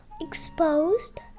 exposed